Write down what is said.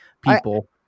people